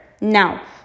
Now